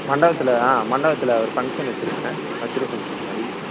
மண்டபத்தில் ஆ மண்டபத்தில் ஒரு ஃபங்க்ஷன் வச்சுருக்கேன் பர்த்டே ஃபங்க்ஷன் மாதிரி